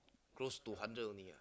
close to hundred only ah